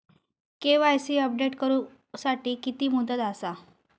KYC update करू साठी किती मुदत आसा?